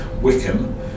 Wickham